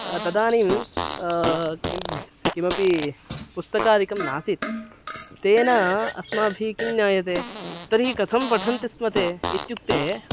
तदानीं किं किमपि पुस्तकादिकं नासीत् तेन अस्माभिः किं ज्ञायते तर्हि कथं पठन्ति स्म इत्युक्ते